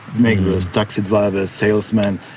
taxi drivers, salesmen,